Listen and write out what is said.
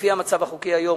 לפי המצב החוקי היום,